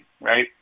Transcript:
Right